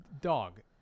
dog